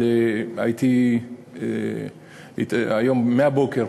אבל מהבוקר